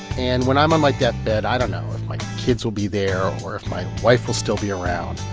and when i'm on my deathbed, i don't know if my kids will be there or if my wife will still be around.